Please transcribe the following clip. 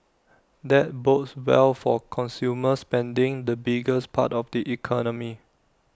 that bodes well for consumer spending the biggest part of the economy